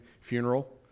funeral